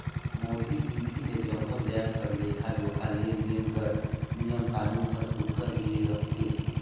मौद्रिक नीति मे जम्मो जाएत कर लेखा जोखा, लेन देन कर नियम कानून हर सुग्घर ले रहथे